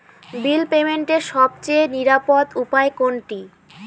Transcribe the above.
বিল পেমেন্টের সবচেয়ে নিরাপদ উপায় কোনটি?